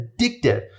addictive